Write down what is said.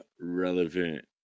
relevant